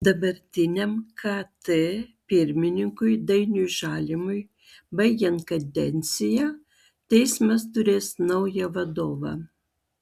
dabartiniam kt pirmininkui dainiui žalimui baigiant kadenciją teismas turės naują vadovą